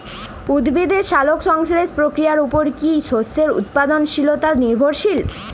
উদ্ভিদের সালোক সংশ্লেষ প্রক্রিয়ার উপর কী শস্যের উৎপাদনশীলতা নির্ভরশীল?